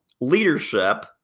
leadership